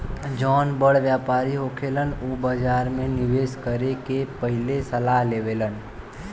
जौन बड़ व्यापारी होखेलन उ बाजार में निवेस करे से पहिले सलाह लेवेलन